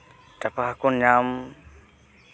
ᱴᱟᱯᱟ ᱦᱟᱹᱠᱩ ᱧᱟᱢ